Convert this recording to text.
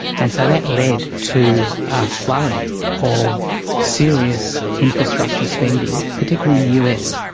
and so that led to a flurry of serious infrastructure spending, particularly in the us,